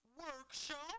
workshop